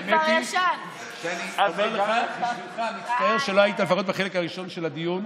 האמת היא שאני בשבילך מצטער שלא היית לפחות בחלק הראשון של הדיון,